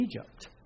Egypt